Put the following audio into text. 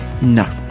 No